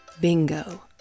Bingo